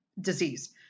disease